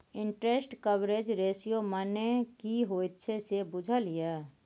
Interest coverage ratio मने की होइत छै से बुझल यै?